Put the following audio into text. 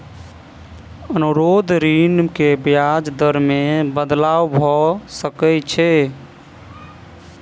अनुरोध ऋण के ब्याज दर मे बदलाव भ सकै छै